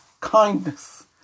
kindness